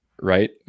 right